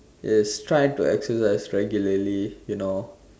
is try to exercise regularly you know